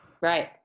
Right